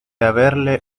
haberle